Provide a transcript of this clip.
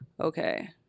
Okay